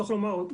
צריך לומר,